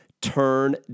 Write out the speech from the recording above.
Turn